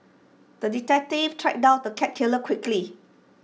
the detective tracked down the cat killer quickly